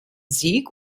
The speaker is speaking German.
sieg